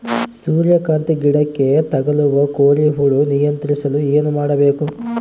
ಸೂರ್ಯಕಾಂತಿ ಗಿಡಕ್ಕೆ ತಗುಲುವ ಕೋರಿ ಹುಳು ನಿಯಂತ್ರಿಸಲು ಏನು ಮಾಡಬೇಕು?